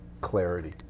clarity